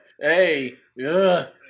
hey